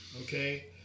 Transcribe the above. Okay